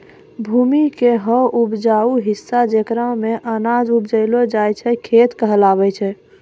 भूमि के हौ उपजाऊ हिस्सा जेकरा मॅ अनाज उपजैलो जाय छै खेत कहलावै छै